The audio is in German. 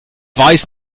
weiß